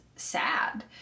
sad